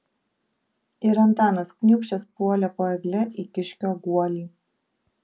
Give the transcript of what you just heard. ir antanas kniūbsčias puolė po egle į kiškio guolį